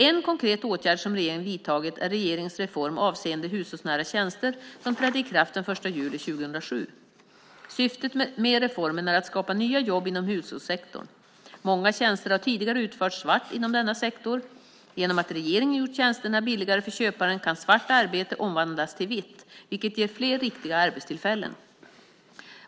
En konkret åtgärd som regeringen vidtagit är regeringens reform avseende hushållsnära tjänster som trädde i kraft den 1 juli 2007. Syftet med reformen är att skapa nya jobb inom hushållssektorn. Många tjänster har tidigare utförts svart inom denna sektor. Genom att regeringen gjort tjänsterna billigare för köparen kan svart arbete omvandlas till vitt, vilket ger fler riktiga arbetstillfällen.